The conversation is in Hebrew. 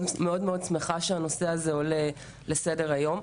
מאוד שמחה שהנושא הזה עולה לסדר היום,